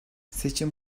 seçim